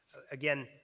again,